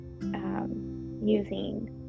using